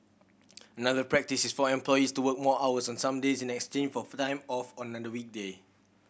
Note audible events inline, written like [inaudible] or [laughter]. [noise] another practice is for employees to work more hours on some days in exchange for [unintelligible] time off on another weekday